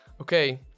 Okay